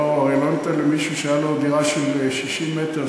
הרי לא ניתן למישהו שהייתה לו דירה של 60 מטר,